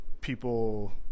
people